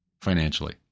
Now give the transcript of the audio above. financially